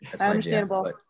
understandable